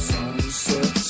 Sunset